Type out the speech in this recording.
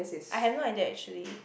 I have no idea actually